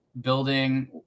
building